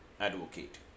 advocate